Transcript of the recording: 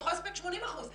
הוא יכול לספק 80 אחוזים,